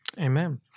Amen